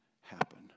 happen